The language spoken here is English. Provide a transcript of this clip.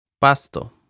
Pasto